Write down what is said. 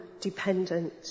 dependent